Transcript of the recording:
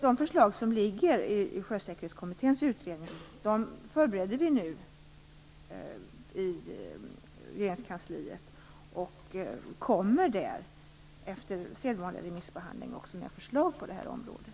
De förslag som ligger i Sjösäkerhetskommitténs utredning bereder vi nu i Regeringskansliet, och efter sedvanlig remissbehandling kommer vi med förslag på det här området.